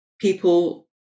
people